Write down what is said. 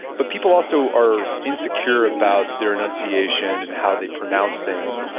but people also are insecure about their enunciation and how they pronounce things.